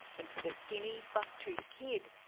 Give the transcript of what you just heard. and for the skinny, buck-toothed kid,